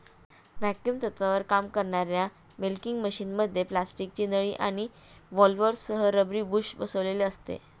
vacuum तत्त्वावर काम करणाऱ्या मिल्किंग मशिनमध्ये प्लास्टिकची नळी आणि व्हॉल्व्हसह रबरी बुश बसविलेले असते